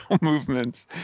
movements